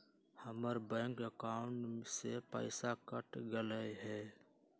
हमर bank account से पैसा कट सकलइ ह?